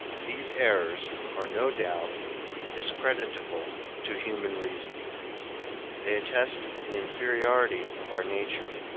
these errors are no doubt discreditable to human reason they attest the inferiority of our nature,